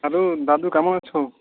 hello দাদু কেমন আছো